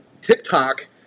TikTok